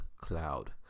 cloud